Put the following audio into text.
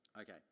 Okay